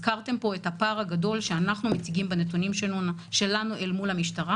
הזכרתם פה את הפער הגדול שאנחנו מציגים בנתונים שלנו אל מול המשטרה.